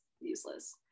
useless